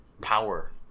power